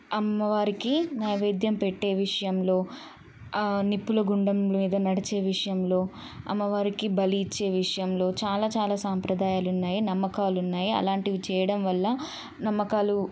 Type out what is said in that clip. అమ్మవారికి నైవేద్యం పెట్టే విషయంలో ఆ నిప్పుల గుండం మీద నడిచే విషయంలో అమ్మవారికి బలి ఇచ్చే విషయంలో చాలా చాలా సాంప్రదాయాలు ఉన్నాయి నమ్మకాలు ఉన్నాయి అలాంటివి చేయడం వల్ల నమ్మకాలు